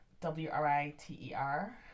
W-R-I-T-E-R